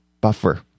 buffer